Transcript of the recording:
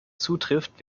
zutrifft